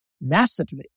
massively